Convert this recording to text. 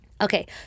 Okay